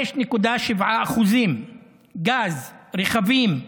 5.7%; גז, רכבים.